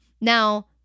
Now